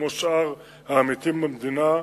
כמו שאר העמיתים במדינה,